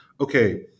okay